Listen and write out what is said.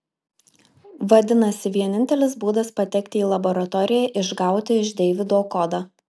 vadinasi vienintelis būdas patekti į laboratoriją išgauti iš deivido kodą